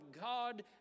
God